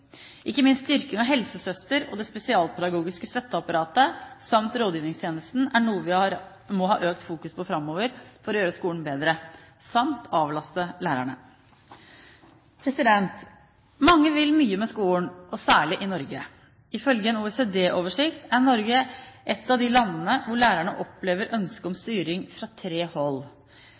Ikke minst styrking av helsesøstertjenesten og det spesialpedagogiske støtteapparatet samt rådgivningstjenesten er noe vi må ha økt fokusering på framover for å gjøre skolen bedre – samt avlaste lærerne. Mange vil mye med skolen og særlig i Norge. Ifølge en OECD-oversikt er Norge et av de landene hvor lærerne opplever ønske om styring fra tre hold